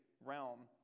realm